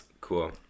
cool